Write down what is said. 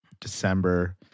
December